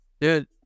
Dude